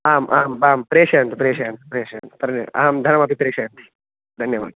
आम् आम् आम् प्रेशयन्तु प्रेशयन्तु प्रेशयन्तु सर्वे अहं धनमपि प्रेशयामि धन्यवादः